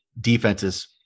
Defenses